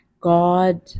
God